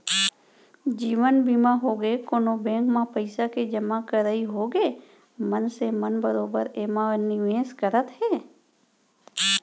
जीवन बीमा होगे, कोनो बेंक म पइसा के जमा करई होगे मनसे मन बरोबर एमा निवेस करत हे